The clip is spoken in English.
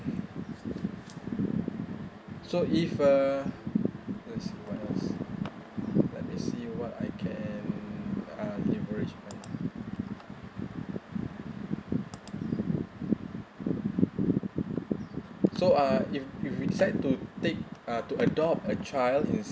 so if uh let's see what else let me see what I can uh leverage on so uh if if we decide to take uh to adopt a child in